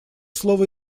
слово